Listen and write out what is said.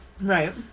Right